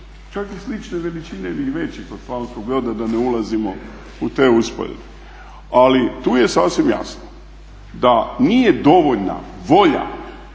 čak ni slične veličine ni veći kod Slavonskog Broda da ne ulazimo u te usporedbe, ali tu je sasvim jasno da nije dovoljna volja